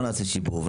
לא נעשה שיבוב,